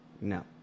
No